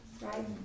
Right